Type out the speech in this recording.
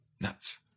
Nuts